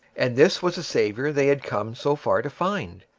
and this was the savior they had come so far to find!